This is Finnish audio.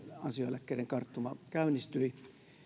ansioeläkkeiden karttuma käynnistyi